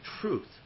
truth